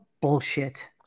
bullshit